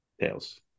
Tails